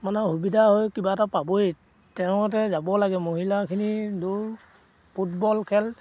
মানে সুবিধা হয় কিবা এটা পাবই তেওঁলোকে যাব লাগে মহিলাখিনি দৌৰ ফুটবল খেল